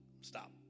stop